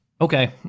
Okay